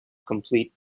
complete